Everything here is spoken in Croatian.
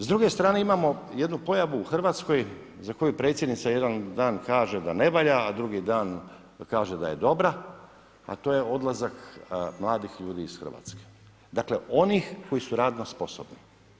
S druge strane imamo jednu pojavu u Hrvatskoj za koju predsjednica jedan dan kaže da ne valja a drugi dan kaže da je dobra a to je odlazak mladih ljudi iz Hrvatske, dakle onih koji su radno sposobni.